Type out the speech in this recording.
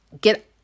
get